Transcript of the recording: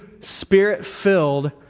Spirit-filled